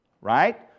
right